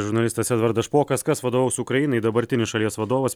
žurnalistas edvardas špokas kas vadovaus ukrainai dabartinis šalies vadovas